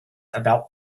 about